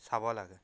চাব লাগে